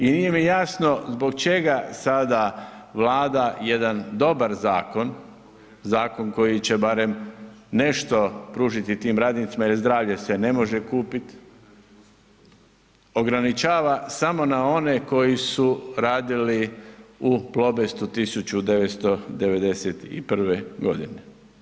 I nije mi jasno zbog čega sada Vlada jedan dobar zakon, zakon koji će nešto pružiti tim radnicima jer zdravlje se ne može kupit, ograničava samo na one koji su radili u Plobestu 1991. godine.